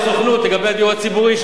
עם הסוכנות לגבי הדיור הציבורי.